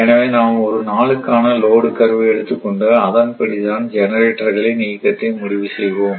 எனவே நாம் ஒரு நாளுக்கான லோடு கர்வை எடுத்துக்கொண்டு அதன்படிதான் ஜெனரேட்டர்களின் இயக்கத்தை முடிவு செய்வோம்